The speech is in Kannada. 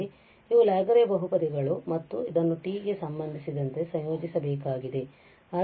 ಇಲ್ಲಿ ಇವು ಲ್ಯಾಗುರೆ ಬಹುಪದಿಗಳು ಮತ್ತು ನಾವು ಇದನ್ನು t ಗೆ ಸಂಬಂಧಿಸಿದಂತೆ ಸಂಯೋಜಿಸಬೇಕಾಗಿದೆ